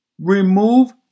Remove